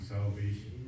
Salvation